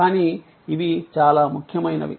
కానీ ఇవి చాలా ముఖ్యమైనవి